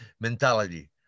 mentality